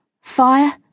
Fire